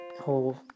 whole